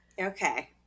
Okay